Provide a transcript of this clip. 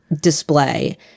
display